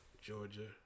Georgia